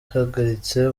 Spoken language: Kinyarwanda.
yarahagaritse